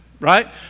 Right